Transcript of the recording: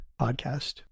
podcast